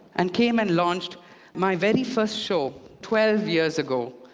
and came and launched my very first show twelve years ago.